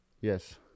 Yes